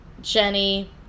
Jenny